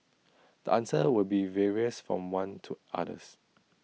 the answer will be various from one to others